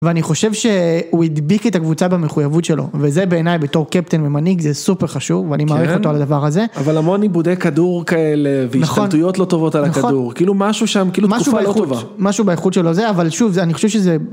ואני חושב שהוא הדביק את הקבוצה במחויבות שלו, וזה בעיניי בתור קפטן ומנהיג זה סופר חשוב, ואני מעריך אותו על הדבר הזה. אבל המון איבודי כדור כאלה, והשתלטויות לא טובות על הכדור, כאילו משהו שם, כאילו תקופה לא טובה. משהו באיכות שלו זה, אבל שוב, אני חושב שזה...